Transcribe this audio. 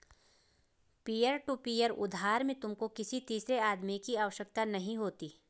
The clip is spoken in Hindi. पीयर टू पीयर उधार में तुमको किसी तीसरे आदमी की आवश्यकता नहीं होती